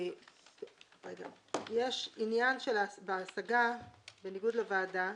יש עניין בהשגה בניגוד לוועדה,